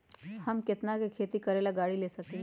हम केतना में खेती करेला गाड़ी ले सकींले?